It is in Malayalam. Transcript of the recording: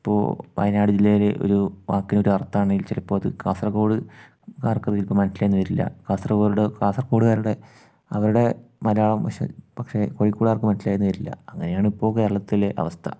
ഇപ്പോൾ വയനാട് ജില്ലയിൽ ഒരു വാക്കിനൊരു അർത്ഥാമാണെങ്കിൽ ചിലപ്പോൾ അത് കാസർഗോഡ് കാർക്കവിരിക്ക് മൻസ്സിലായെന്ന് വരില്ല കാസർഗോഡ് കാസർഗോഡുകാരുടെ അവരുടെ മലയാളം പക്ഷേ പക്ഷേ കോഴിക്കോടുകാർക്കും മനസ്സിലായെന്ന് വരില്ല അങ്ങനെയാണ് ഇപ്പോൾ കേരളത്തിലെ അവസ്ഥ